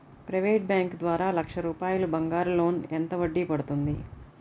Private bank ద్వారా లక్ష రూపాయలు బంగారం లోన్ ఎంత వడ్డీ పడుతుంది?